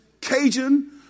Cajun